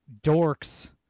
dorks